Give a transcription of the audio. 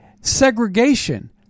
segregation